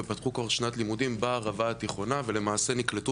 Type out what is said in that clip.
ופתחו כבר שנת לימודים בערב התיכונה ולמעשה נקלטו